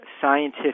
scientific